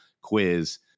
quiz